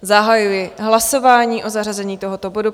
Zahajuji hlasování o zařazení tohoto bodu.